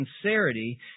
sincerity